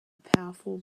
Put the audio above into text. powerful